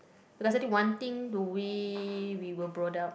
one thing the way we were brought up